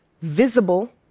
visible